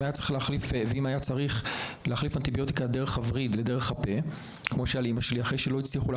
כשהיה צריך להחליף לה את האנטיביוטיקה דרך הווריד ואמרתי להם,